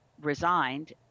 resigned